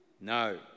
No